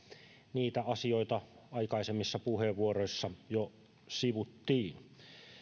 niitä asioita aikaisemmissa puheenvuoroissa jo sivuttiin